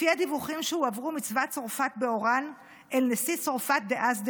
לפי הדיווחים שהועברו מצבא צרפת באוראן אל נשיא צרפת דאז,